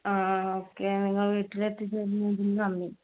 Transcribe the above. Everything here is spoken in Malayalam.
ആ ഓക്കെ നിങ്ങൾ വീട്ടിലെത്തിച്ചുതരുന്നതിൽ നന്ദി